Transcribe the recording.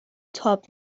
تاب